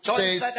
says